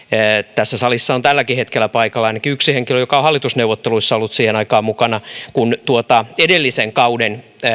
tässä salissa on tälläkin hetkellä paikalla ainakin yksi henkilö joka on hallitusneuvotteluissa ollut siihen aikaan mukana kun tuota edellisen kauden